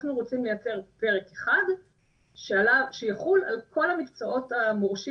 אנחנו רוצים לייצר פרק אחד שיחול על כל המקצועות המורשים